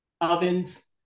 ovens